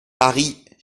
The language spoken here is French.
paris